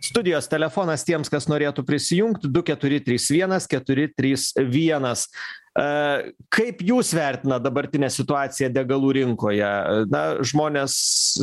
studijos telefonas tiems kas norėtų prisijungti du keturi trys vienas keturi trys vienas a kaip jūs vertinat dabartinę situaciją degalų rinkoje na žmonės